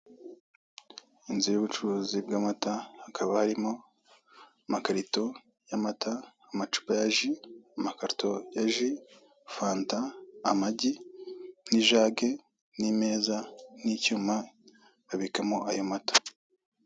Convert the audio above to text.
Inzu y'ubucuruzi bw'amata, hakaba harimo amakarito y'amata, amacupa ya ji, amakarito ya ji, fanta, amagi, n'ijage, n'imeza, n'icyuma babikamo ayo mata.